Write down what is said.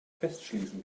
festschließen